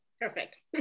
Perfect